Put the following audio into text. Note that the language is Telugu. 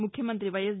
ముఖ్యమంత్రి వైఎస్